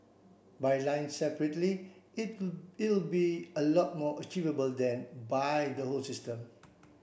by line separately it it'll be a lot more achievable than by the whole system